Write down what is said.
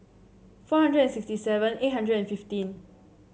four hundred and sixty seven eight hundred and fifteen